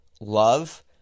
love